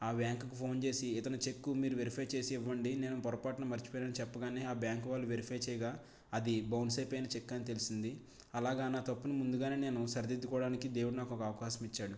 ఆ బ్యాంకు కి ఫోన్ చేసి ఇతని చెక్కు మీరు వెరిఫై చేసి ఇవ్వండి నేను పొరపాటున మరిచిపోయాను అని చెప్పగానే ఆ బ్యాంకు వాళ్ళు వెరిఫై చేయగా అది బౌన్స్ అయిపోయిన చెక్ అని తెలిసింది అలాగా నా తప్పును ముందుగానే నేను సరిదిద్దుకోవడానికి దేవుడు నాకు ఒక అవకాశం ఇచ్చాడు